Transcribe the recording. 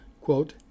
quote